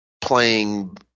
playing